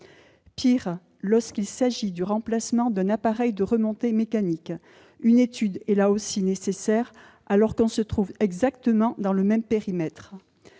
Pis, lorsqu'il s'agit du remplacement d'un appareil de remontée mécanique, une étude est aussi nécessaire, alors que l'on se trouve exactement dans le même périmètre.